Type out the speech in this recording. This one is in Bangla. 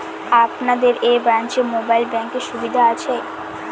আপনাদের এই ব্রাঞ্চে মোবাইল ব্যাংকের সুবিধে আছে?